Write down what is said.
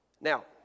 now